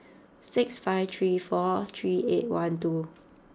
six five three four three eight one two